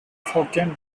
hokkien